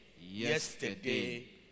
yesterday